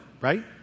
right